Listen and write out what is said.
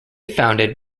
founded